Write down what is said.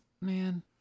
man